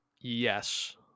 Yes